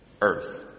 Earth